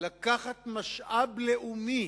לקחת משאב לאומי